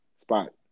spot